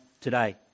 today